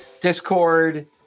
Discord